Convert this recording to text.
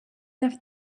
left